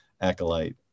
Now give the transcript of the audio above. acolyte